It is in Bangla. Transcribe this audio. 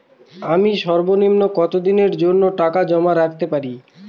আমি সর্বনিম্ন কতদিনের জন্য টাকা জমা রাখতে পারি?